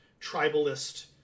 tribalist